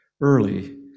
Early